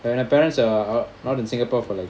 when the parents are not in singapore for like